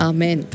Amen